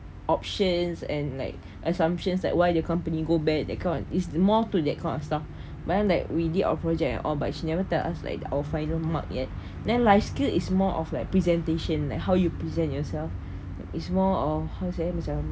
options and like assumptions that why the company go back that kind of is more to that kind of stuff but then like we did our project and all but she never tell us like our final mark yet then life skill is more of like presentations like how you present yourself is more of how to say macam